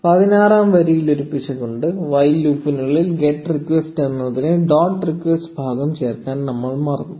16 ആം വരിയിൽ ഒരു പിശക് ഉണ്ട് വൈൽ ലൂപ്പിനുള്ളിൽ ഗെറ്റ് റിക്വസ്റ്റ് എന്നതിൽ ഡോട്ട് ടെക്സ്റ്റ് ഭാഗം ചേർക്കാൻ നമ്മൾ മറന്നു